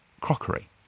crockery